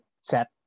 set